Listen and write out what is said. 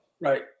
right